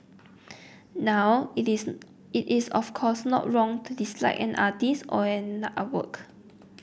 now it is of course not wrong to dislike an artist or an artwork